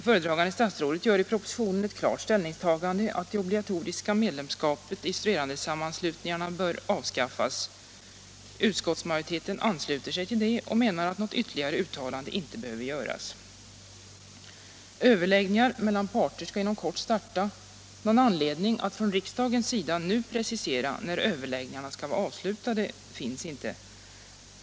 Föredragande statsrådet gör i propositionen ett klart ställningstagande för att det obligatoriska medlemskapet i studerandesammanslutningarna bör avskaffas. Utskottsmajoriteten ansluter sig till detta och menar att något ytterligare uttalande inte behöver göras. Överläggningar mellan parterna skall inom kort starta. Någon anledning att från riksdagens sida nu precisera när överläggningarna skall vara avslutade finns inte.